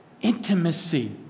intimacy